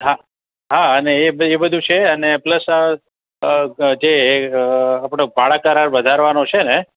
હા હા અને એ પછી બધું સે અને પ્લસ આ જે આપણો ભાડા કરાર વધારવાનો છેને